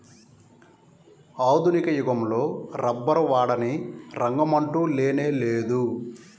ఆధునిక యుగంలో రబ్బరు వాడని రంగమంటూ లేనేలేదు